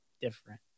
different